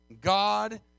God